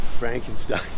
Frankenstein